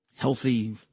healthy